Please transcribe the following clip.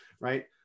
right